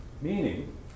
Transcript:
Meaning